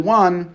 one